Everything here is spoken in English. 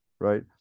right